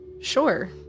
Sure